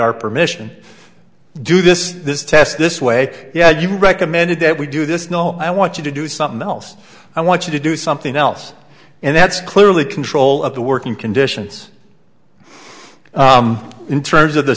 our permission to do this this test this way yeah you recommended that we do this no i want you to do something else i want you to do something else and that's clearly control of the working conditions in terms of the